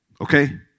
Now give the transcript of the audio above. Okay